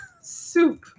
soup